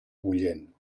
bullent